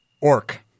Orc